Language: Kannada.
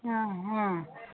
ಹ್ಞೂ ಹ್ಞೂ